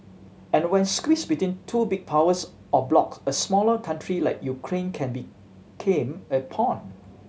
and when squeeze between two big powers or blocs a smaller country like Ukraine can became a pawn